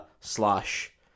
slash